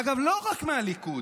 אגב, לא רק מהליכוד.